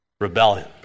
Rebellion